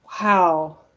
Wow